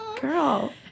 Girl